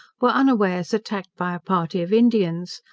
were unawares attacked by a party of indians,